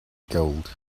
gold